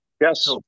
yes